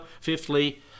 fifthly